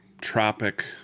tropic